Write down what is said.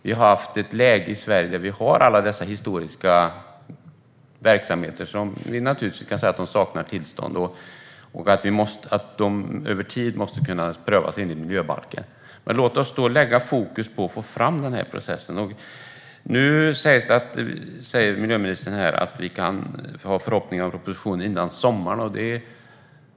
Vi har haft ett läge i Sverige med alla dessa historiska verksamheter som vi naturligtvis kan se saknar tillstånd och som över tid måste kunna prövas enligt miljöbalken. Men låt oss då lägga fokus på att få fram den här processen! Nu säger miljöministern här att vi förhoppningsvis kan ha en proposition före sommaren.